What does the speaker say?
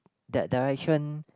that direction